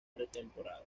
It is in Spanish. pretemporada